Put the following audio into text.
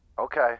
Okay